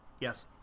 Yes